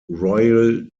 royal